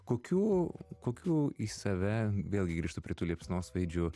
kokių kokių į save vėlgi grįžtu prie tų liepsnosvaidžių